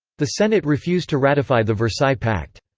the senate refused to ratify the versailles pact.